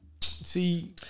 See